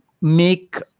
make